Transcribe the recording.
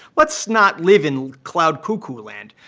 let's not live in cloud cuckoo land.